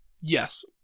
Yes